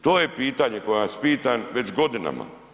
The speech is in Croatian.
To je pitanje koje vas pitam već godinama.